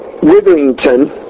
Witherington